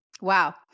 Wow